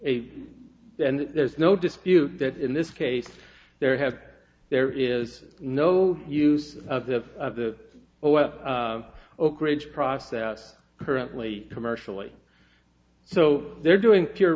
then there's no dispute that in this case there have there is no use of the of the oakridge process currently commercially so they're doing